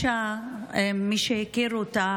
מי שהכיר אותה,